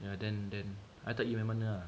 ya then then I tak gi mana mana ah